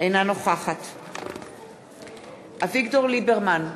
אינה נוכחת אביגדור ליברמן,